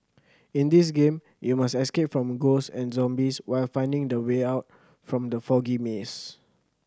in this game you must escape from ghosts and zombies while finding the way out from the foggy maze